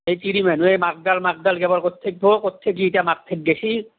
এ তিৰি মানুহে মাকডাল মাকডাল কেৱল কৈ থাকব ইতা মাক ঠাইত গেছি